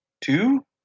Two